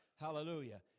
Hallelujah